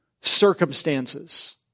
circumstances